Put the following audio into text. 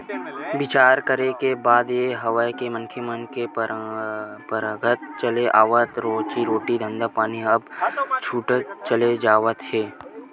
बिचार करे के बात ये हवय के मनखे मन के पंरापरागत चले आवत रोजी रोटी के धंधापानी ह अब छूटत चले जावत हवय